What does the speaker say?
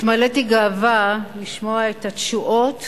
התמלאתי גאווה לשמוע את התשואות